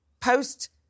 post